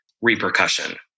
repercussion